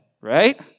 right